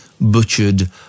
butchered